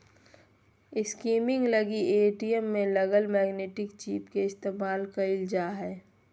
skimming लगी ATM में लगल मैग्नेटिक चिप के इस्तेमाल कइल जा हइ